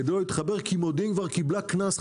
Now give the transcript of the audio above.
כדי לא להתחבר כי מודיעין כבר קיבלה קנס,